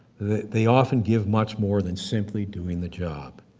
they often give much more than simply doing the job.